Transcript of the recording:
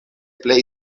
plej